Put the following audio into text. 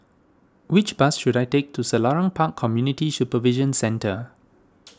which bus should I take to Selarang Park Community Supervision Centre